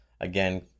Again